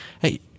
hey